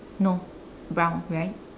no brown right